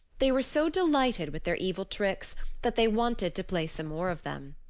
they were so delighted with their evil tricks that they wanted to play some more of them.